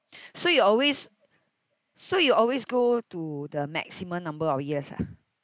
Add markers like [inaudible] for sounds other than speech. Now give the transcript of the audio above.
[breath] so you always so you always go to the maximum number of years ah